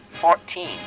fourteen